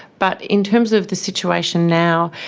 but in terms of the situation now,